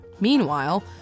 Meanwhile